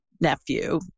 nephew